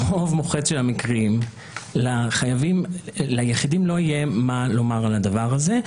ברוב מוחץ של המקרים ליחידים לא יהיה מה לומר על הדבר הזה,